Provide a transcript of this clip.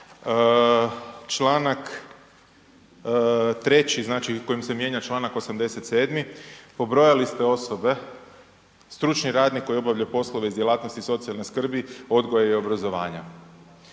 čl. 3. znači kojim se mijenja čl. 87. pobrojali ste osobe, stručni radnik koji obavlja poslove iz djelatnosti socijalne skrbi, odgoja i obrazovanja.